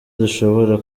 dushobora